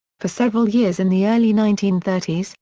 for several years in the early nineteen thirty s,